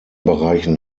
bereichen